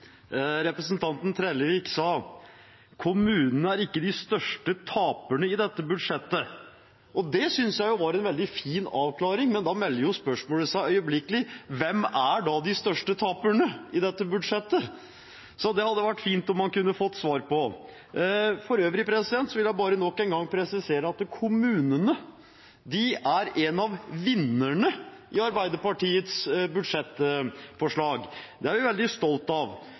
Representanten Trellevik sa at kommunene ikke er de største taperne i dette budsjettet. Det synes jeg jo var en veldig fin avklaring, men da melder dette spørsmålet seg øyeblikkelig: Hvem er da de største taperne i dette budsjettet? Det hadde det vært fint om man kunne fått svar på. For øvrig vil jeg bare nok en gang presisere at kommunene er en av vinnerne i Arbeiderpartiets budsjettforslag. Det er vi veldig stolt av.